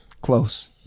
Close